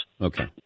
Okay